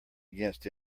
against